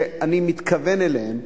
שאני מתכוון אליהם,